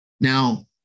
Now